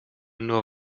nur